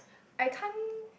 I can't